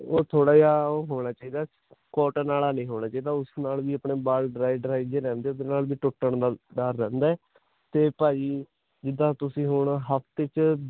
ਉਹ ਥੋੜਾ ਜਿਹਾ ਉਹ ਹੋਣਾ ਚਾਹੀਦਾ ਕੋਟਨ ਵਾਲਾ ਨਹੀਂ ਹੋਣਾ ਚਾਹੀਦਾ ਉਸ ਨਾਲ ਵੀ ਆਪਣੇ ਵਾਲ ਡਰਾਈ ਡਰਾਈ ਜਿਹੇ ਰਹਿਦੇ ਟੁੱਟਣ ਦਾ ਡਰ ਰਹਿੰਦਾ ਤੇ ਭਾਅ ਜੀ ਜਿੱਦਾਂ ਤੁਸੀਂ ਹੁਣ ਹਫਤੇ